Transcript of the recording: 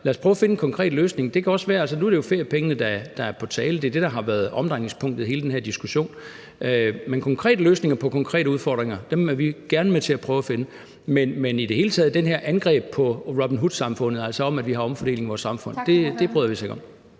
Lad os prøve at finde en konkret løsning. Nu er det jo feriepengene, der er på tale, det er det, der har været omdrejningspunktet i hele den her diskussion. Men konkrete løsninger på konkrete udfordringer er vi gerne med til at prøve at finde. Men det her angreb på Robin Hood-samfundet, altså at vi i det hele taget har omfordeling i vores samfund, bryder vi os ikke om.